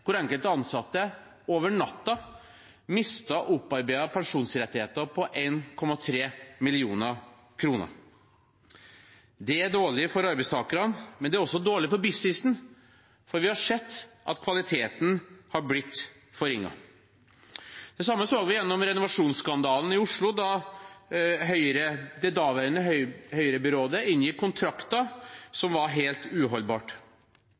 hvor enkelte ansatte over natten mistet opparbeidede pensjonsrettigheter på 1,3 mill. kr. Det er dårlig for arbeidstakerne, men det er også dårlig for businessen, for vi har sett at kvaliteten har blitt forringet. Det samme så vi gjennom renovasjonsskandalen i Oslo, da det daværende høyrebyrådet inngikk kontrakter